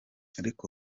ariko